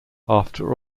after